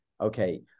okay